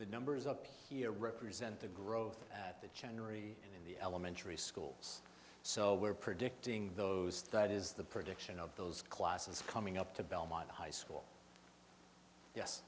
the numbers up here represent the growth at the january in the elementary schools so we're predicting those that is the prediction of those classes coming up to belmont high school